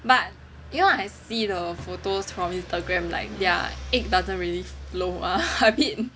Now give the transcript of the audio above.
but you know I see the photos from Instagram like their egg doesn't really flow ah a bit